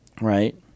right